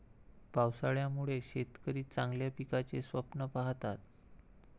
पावसाळ्यामुळे शेतकरी चांगल्या पिकाचे स्वप्न पाहतात